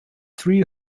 three